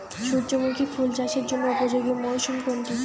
সূর্যমুখী ফুল চাষের জন্য উপযোগী মরসুম কোনটি?